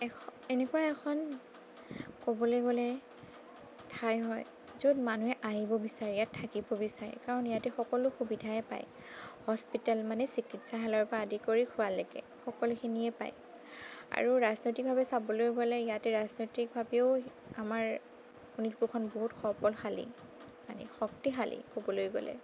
এখ এনেকুৱা এখন ক'বলৈ গ'লে ঠাই হয় য'ত মানুহে আহিব বিচাৰে ইয়াত থাকিব বিচাৰে কাৰণ ইয়াতে সকলো সুবিধাই পায় হস্পিটেল মানে চিকিৎসালয়ৰ পৰা আদি কৰি খোৱালৈকে সকলোখিনিয়ে পায় আৰু ৰাজনৈতিকভাৱে চাবলৈ হ'লে ইয়াতে ৰাজনৈতিকভাৱেও আমাৰ শোণিতপুৰখন বহুত সবলশালী মানে শক্তিশালী ক'বলৈ গ'লে